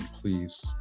please